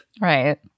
Right